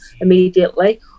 immediately